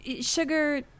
Sugar